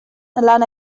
lan